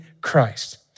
Christ